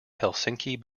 helsinki